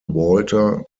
walter